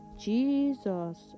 Jesus